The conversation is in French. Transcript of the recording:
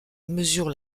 mesure